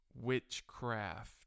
witchcraft